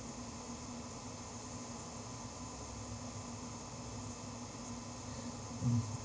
mm